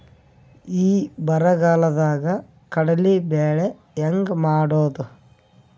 ಈ ಬರಗಾಲದಾಗ ಕಡಲಿ ಬೆಳಿ ಹೆಂಗ ಮಾಡೊದು?